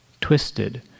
twisted